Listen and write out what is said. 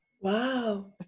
Wow